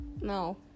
No